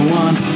one